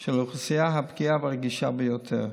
של האוכלוסייה הפגיעה והרגישה ביותר,